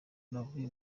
navuye